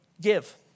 Give